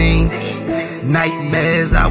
nightmares